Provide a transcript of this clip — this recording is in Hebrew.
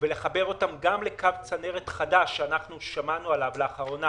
ראיתי וגם שמעתי ממנו באופן אישי את מה שאתם עושים בדבר